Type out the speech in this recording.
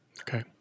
Okay